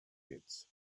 pits